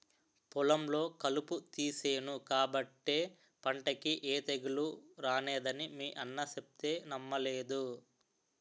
పొలంలో కలుపు తీసేను కాబట్టే పంటకి ఏ తెగులూ రానేదని మీ అన్న సెప్తే నమ్మలేదు